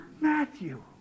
Matthew